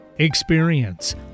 Experience